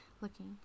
looking